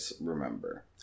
remember